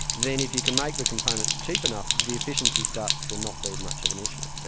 then if you can make the components cheap enough the efficiency starts to not be much of an issue.